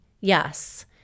Yes